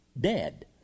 dead